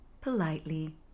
politely